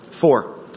Four